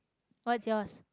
what's yours